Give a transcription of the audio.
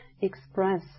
express